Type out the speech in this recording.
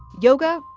yoga,